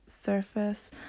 surface